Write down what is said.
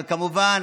אבל כמובן